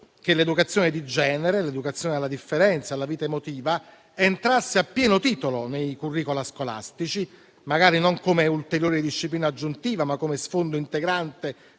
che l'educazione di genere, l'educazione alla differenza, alla vita emotiva, entrasse a pieno titolo nei *curricula* scolastici, magari non come ulteriore disciplina aggiuntiva, ma come sfondo integrante